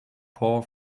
pour